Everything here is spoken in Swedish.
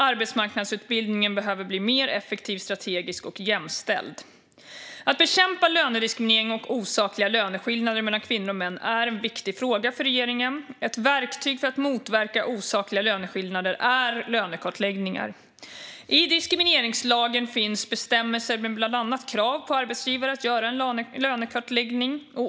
Arbetsmarknadsutbildningen behöver bli mer effektiv, strategisk och jämställd. Att bekämpa lönediskriminering och osakliga löneskillnader mellan kvinnor och män är en viktig fråga för regeringen. Ett verktyg för att motverka osakliga löneskillnader är lönekartläggningar. I diskrimineringslagen finns bestämmelser med bland annat krav på arbetsgivare att göra en lönekartläggning.